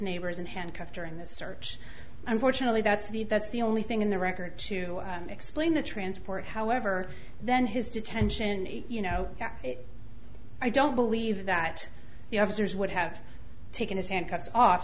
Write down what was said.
neighbors and handcuffed during the search unfortunately that's the that's the only thing in the record to explain the transport however then his detention you know i don't believe that the officers would have taken his handcuffs off